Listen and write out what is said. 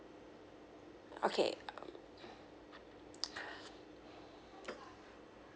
okay